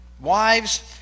Wives